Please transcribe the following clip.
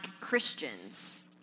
Christians